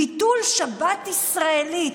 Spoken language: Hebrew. ביטול שבת ישראלית.